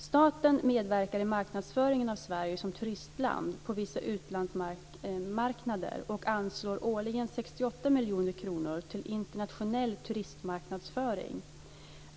Staten medverkar i marknadsföringen av Sverige som turistland på vissa utlandsmarknader och anslår årligen 68 miljoner kronor till internationell turistmarknadsföring.